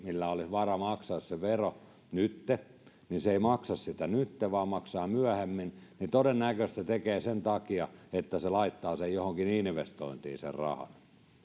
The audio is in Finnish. millä olisi varaa maksaa se vero nytten näin tekisikin että se ei maksa sitä nyt vaan maksaa myöhemmin niin todennäköisesti se tekee niin sen takia että se laittaa sen rahan johonkin investointiin